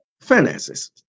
Finances